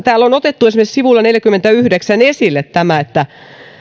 täällä on otettu esimerkiksi sivulla neljällekymmenelleyhdeksälle esille tämä että